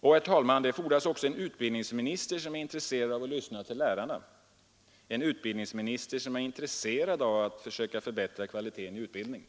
: Och, herr talman, det fordras också en utbildningsminister som är intresserad av att lyssna till lärarna, en utbildningsminister som är intresserad av att försöka förbättra kvaliteten på utbildningen.